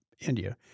India